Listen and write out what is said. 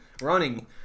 running